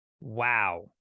Wow